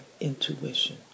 intuition